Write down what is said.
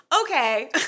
Okay